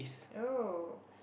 oh